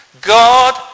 God